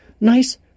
nice